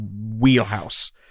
wheelhouse